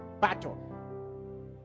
battle